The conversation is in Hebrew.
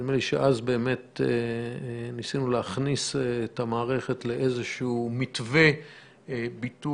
נדמה לי שאז באמת ניסינו להכניס את המערכת לאיזה שהוא מתווה ביטול